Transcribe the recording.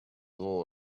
all